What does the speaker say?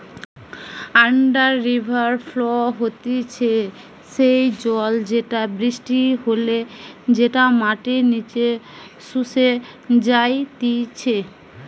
under river flow হতিছে সেই জল যেটা বৃষ্টি হলে যেটা মাটির নিচে শুষে যাইতিছে